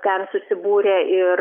ten susibūrė ir